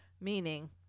Meaning